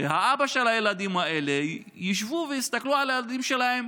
והאבות של הילדים האלה ישבו ויסתכלו על הילדים שלהם